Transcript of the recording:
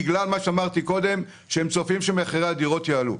בגלל שהם צופים שמחירי הדירות יעלו.